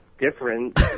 different